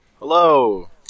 Hello